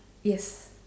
yes